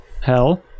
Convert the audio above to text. hell